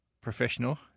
professional